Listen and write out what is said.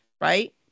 right